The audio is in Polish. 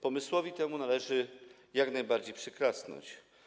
Pomysłowi temu należy jak najbardziej przyklasnąć.